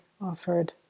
offered